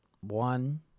one